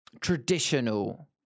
traditional